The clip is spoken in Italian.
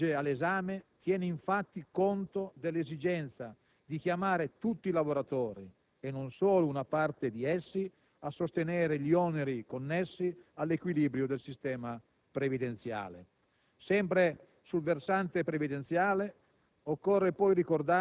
La soluzione individuata con il disegno di legge all'esame tiene infatti conto dell'esigenza di chiamare tutti i lavoratori, e non solo una parte di essi, a sostenere gli oneri connessi all'equilibrio del sistema previdenziale.